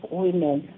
women